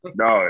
no